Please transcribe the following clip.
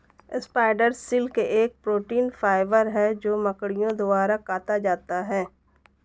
spider silk एक protein fibre है जो मकड़ियों द्वारा काता जाता है